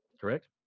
correct